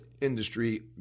industry